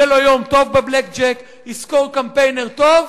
יהיה לו יום טוב ב"בלק ג'ק", ישכור קמפיינר טוב,